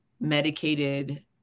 medicated